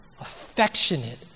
affectionate